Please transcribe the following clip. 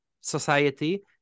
society